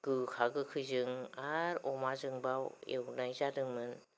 गोखा गोखैजों आरो अमाजोंबाव एवनाय जादोंमोन